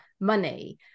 money